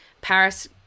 Paris